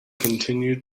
continued